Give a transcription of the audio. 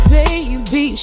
baby